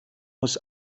muss